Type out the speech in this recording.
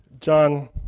John